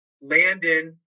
Landon